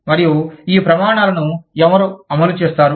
మరియు ఈ ప్రమాణాలను ఎవరు అమలు చేస్తారు